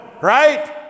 right